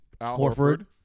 Horford